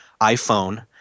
iPhone